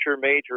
major